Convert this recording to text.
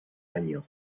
año